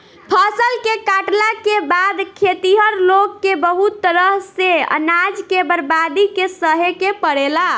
फसल के काटला के बाद खेतिहर लोग के बहुत तरह से अनाज के बर्बादी के सहे के पड़ेला